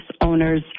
owners